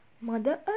Mother